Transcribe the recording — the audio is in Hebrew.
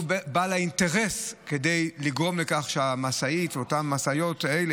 שהוא בעל האינטרס לגרום לכך שאותן משאיות עם